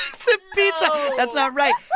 and said that's not right